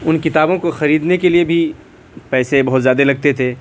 ان کتابوں کو خریدنے کے لیے بھی پیسے بہت زیادہ لگتے تھے